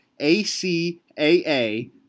ACAA